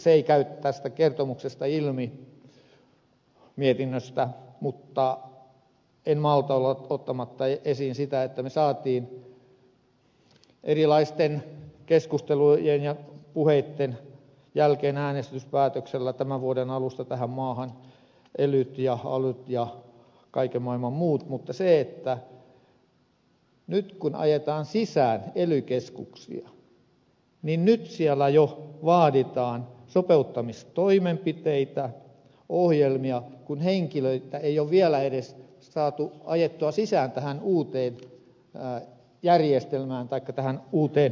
se ei käy tästä kertomuksesta ilmi mietinnöstä mutta en malta olla ottamatta esiin sitä että me saimme erilaisten keskustelujen ja puheitten jälkeen äänestyspäätöksellä tämän vuoden alusta tähän maahan elyt ja alyt ja kaiken maailman muut mutta nyt kun ajetaan sisään ely keskuksia niin nyt siellä jo vaaditaan sopeuttamistoimenpiteitä ohjelmia kun henkilöitä ei ole vielä edes saatu ajettua sisään tähän uuteen järjestelmään taikka tähän uuteen organisaatioon